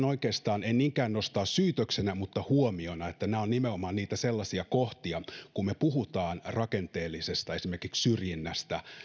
oikeastaan en niinkään syytöksenä mutta huomiona että nämä ovat nimenomaan niitä sellaisia kohtia kun me puhumme esimerkiksi rakenteellisesta syrjinnästä